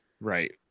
Right